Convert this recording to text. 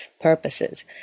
purposes